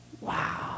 Wow